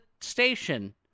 station